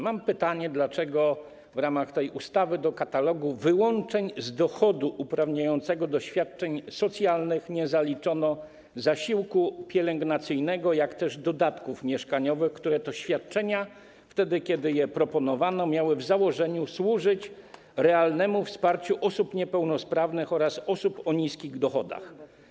Mam pytanie: Dlaczego w ramach tej ustawy do katalogu wyłączeń z dochodu uprawniającego do świadczeń socjalnych nie zaliczono zasiłku pielęgnacyjnego, jak też dodatków mieszkaniowych, które to świadczenia, kiedy je wprowadzano, miały w założeniu służyć realnemu wsparciu osób niepełnosprawnych oraz osób o niskich dochodach?